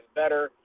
better